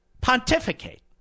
pontificate